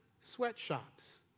sweatshops